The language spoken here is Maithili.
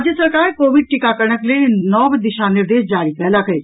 राज्य सरकार कोविड टीकाकरणक लेल नव दिशा निर्देश जारी कयलक अछि